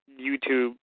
YouTube